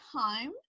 time